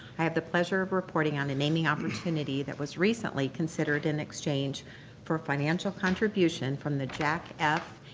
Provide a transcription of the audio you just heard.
i have the pleasure of reporting on a naming opportunity that was recently considered in exchange for financial contribution from the jack f.